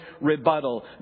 rebuttal